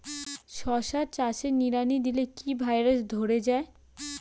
শশা চাষে নিড়ানি দিলে কি ভাইরাস ধরে যায়?